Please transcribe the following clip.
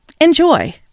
Enjoy